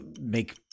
make